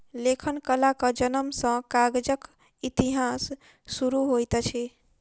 लेखन कलाक जनम सॅ कागजक इतिहास शुरू होइत अछि